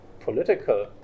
political